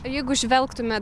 jeigu žvelgtume